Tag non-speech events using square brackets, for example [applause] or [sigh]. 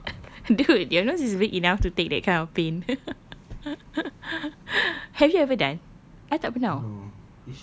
[laughs] dude your nose is big enough to take that kind of pain [laughs] have you ever done I tak pernah [tau]